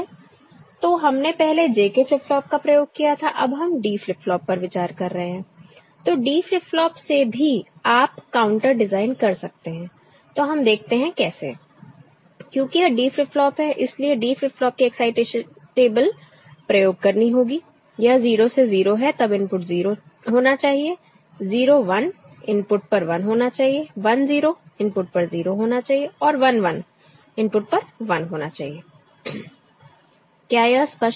तो हमने पहले JK फ्लिप फ्लॉप का प्रयोग किया था अब हम D फ्लिप फ्लॉप पर विचार कर रहे हैं तो D फ्लिप फ्लॉप से भी आप काउंटर डिजाइन कर सकते हैं तो हम देखते हैं कैसे क्योंकि यह D फ्लिप फ्लॉप है इसलिए D फ्लिप फ्लॉप की एक्साइटेशन टेबल प्रयोग करनी होगी यह 0 से 0 है तब इनपुट 0 होना चाहिए 0 1 इनपुट पर 1 होना चाहिए 1 0 इनपुट पर 0 होना चाहिए और 1 1 इनपुट पर 1 होना चाहिए क्या यह स्पष्ट है